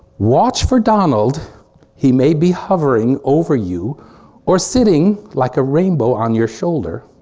watch for donald he may be hovering over you or sitting like a rainbow on your shoulder